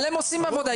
אבל הם עושים עבודה.